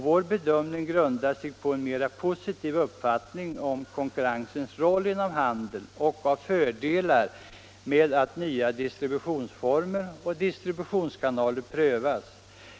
Vår uppfattning grundar sig på en mer positiv uppfattning av konkurrensens roll inom handeln och av fördelarna med att nya distributionsformer och distributionskanaler prövas.